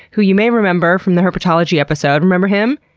who you may remember from the herpetology episode. remember him?